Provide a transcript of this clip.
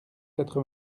quatre